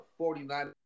49ers